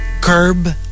curb